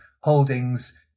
holdings